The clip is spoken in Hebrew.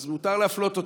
אז מותר להפלות אותם.